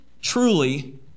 truly